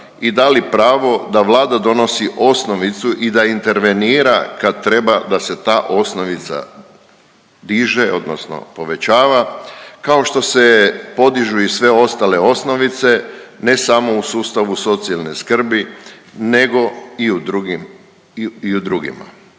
i dali pravo da Vlada donosi osnovicu i da intervenira kad treba da se ta osnovica diže odnosno povećava, kao što se podižu i sve ostale osnovice ne samo u sustavu socijalne skrbi nego i u drugim